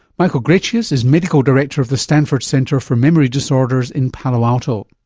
michael greicius is medical director of the stanford centre for memory disorders in palo alto.